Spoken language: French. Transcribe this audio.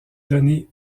données